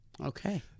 Okay